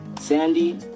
Sandy